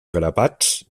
grapats